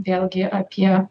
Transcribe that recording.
vėlgi apie